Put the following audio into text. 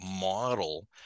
model